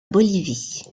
bolivie